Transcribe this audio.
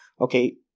Okay